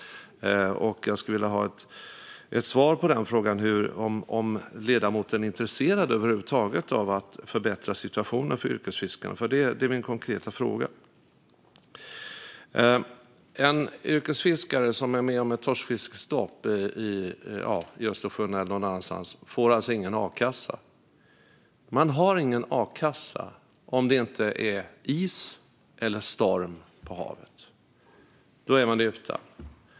Jag skulle vilja ha ett svar på frågan om ledamoten över huvud taget är intresserad av att förbättra situationen för yrkesfiskarna. Det är min konkreta fråga. En yrkesfiskare som är med om ett torskfiskestopp i Östersjön eller någon annanstans får alltså ingen a-kassa. De får ingen a-kassa om det inte är is eller storm på havet.